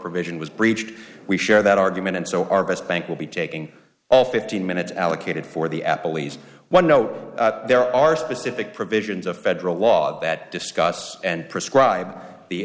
provision was breached we share that argument and so our best bank will be taking all fifteen minutes allocated for the apple e's one no there are specific provisions of federal law that discuss and prescribe the